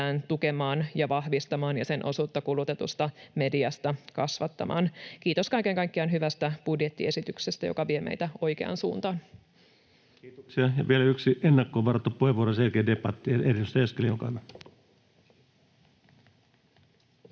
tukemaan ja vahvistamaan ja sen osuutta kulutetusta mediasta kasvattamaan. Kiitos kaiken kaikkiaan hyvästä budjettiesityksestä, joka vie meitä oikeaan suuntaan. [Speech 285] Speaker: Ensimmäinen varapuhemies Antti